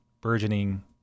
burgeoning